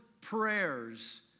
prayers